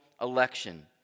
election